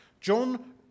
John